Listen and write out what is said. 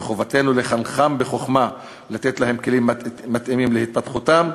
וחובתנו לחנכם בחוכמה ולתת להם כלים מתאימים להתפתחותם,